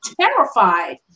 terrified